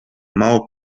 mało